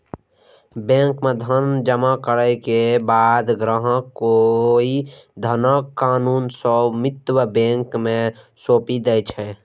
bank मे धन जमा करै के बाद ग्राहक ओइ धनक कानूनी स्वामित्व बैंक कें सौंपि दै छै